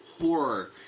horror